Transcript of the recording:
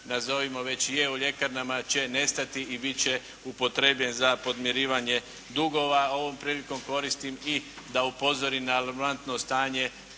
već je u ljekarnama će nestati i biti će upotrijebljen za podmirivanje dugova. A, ovom prilikom koristim i da upozorim na alarmantno stanje